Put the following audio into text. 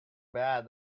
bad